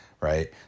Right